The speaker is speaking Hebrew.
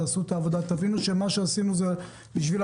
תעשו את העבודה, ותבינו שמה שעשינו זה בשבילכם.